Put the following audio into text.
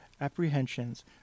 apprehensions